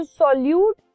solute